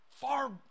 Far